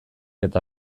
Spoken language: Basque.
eta